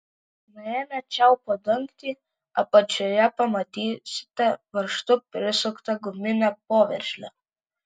nuėmę čiaupo dangtį apačioje pamatysite varžtu prisuktą guminę poveržlę